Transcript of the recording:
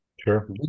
Sure